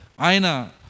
aina